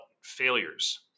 failures